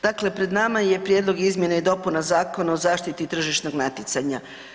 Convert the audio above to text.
Dakle, pred nama je Prijedlog izmjena i dopuna Zakona o zaštita tržišnog natjecanja.